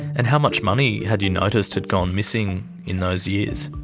and how much money had you noticed had gone missing in those years?